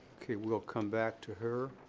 okay, we'll come back to her.